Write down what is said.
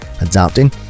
adapting